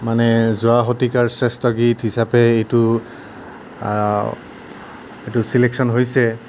মানে যোৱা শতিকাৰ শ্ৰেষ্ঠ গীত হিচাপে এইটো এইটো চিলেকশ্যন হৈছে